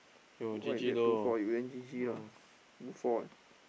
what is it two four you then G_G lah two four eh